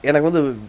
and I want to